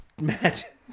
Matt